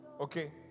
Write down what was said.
Okay